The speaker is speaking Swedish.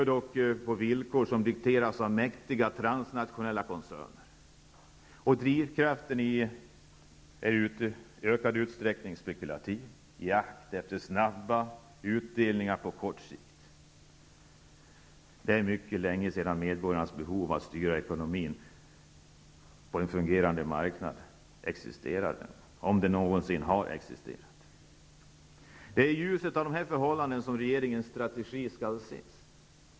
Det sker på villkor som dikteras av mäktiga transnationella koncerner. Drivkraften är i ökad utsträckning spekulation, en jakt efter snabba utdelningar på kort sikt. Det är mycket länge sedan medborgarnas behov har styrt ekonomin på en fungerande marknad, om det någonsin har existerat. Det är i ljuset av dessa förhållanden som regeringens strategi skall ses.